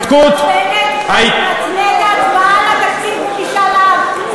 ההתנתקות, הצבעה על התקציב מול משאל עם.